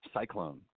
Cyclone